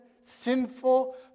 sinful